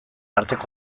arteko